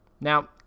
Now